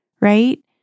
right